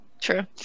True